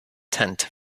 tent